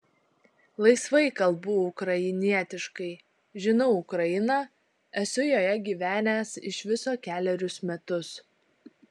laisvai kalbu ukrainietiškai žinau ukrainą esu joje gyvenęs iš viso kelerius metus